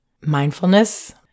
mindfulness